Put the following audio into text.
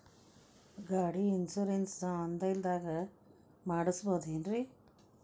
ಗಾಡಿ insurance online ದಾಗ ಮಾಡಸ್ಬಹುದೆನ್ರಿ?